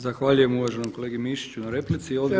Zahvaljujem uvaženom kolegi Mišiću na replici.